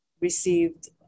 received